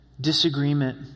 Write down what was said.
disagreement